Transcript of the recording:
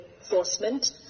enforcement